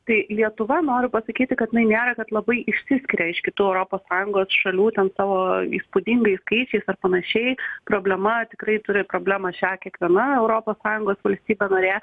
tai lietuva noriu pasakyti kad jinai nėra kad labai išsiskiria iš kitų europos sąjungos šalių ten savo įspūdingais skaičiais ar panašiai problema tikrai turi problemą šią kiekviena europos sąjungos valstybė narė